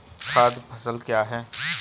खाद्य फसल क्या है?